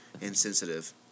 insensitive